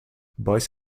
boys